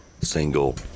single